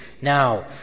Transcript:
Now